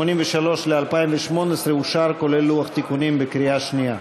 83 ל-2018 אושר, כולל לוח תיקונים, בקריאה שנייה.